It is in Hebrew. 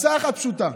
הצעה אחת פשוטה: